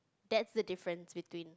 that's the difference between